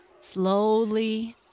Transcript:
Slowly